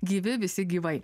gyvi visi gyvai